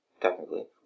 technically